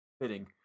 Fitting